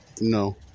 No